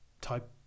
type